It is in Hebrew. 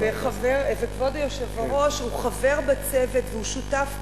כבוד היושב-ראש הוא חבר בצוות והוא שותף פעיל.